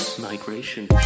migration